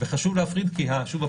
וחשוב להפריד כי שוב,